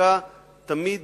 התאפקה תמיד